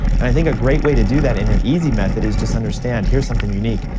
and i think a great way to do that and an easy method is just understand, here's something unique,